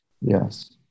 Yes